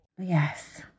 Yes